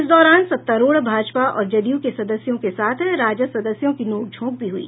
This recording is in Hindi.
इस दौरान सत्तारूढ़ भाजपा और जदयू के सदस्यों के साथ राजद सदस्यों की नोकझोंक भी हुई